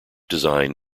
design